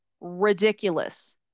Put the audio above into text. ridiculous